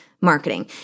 marketing